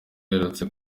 aherutse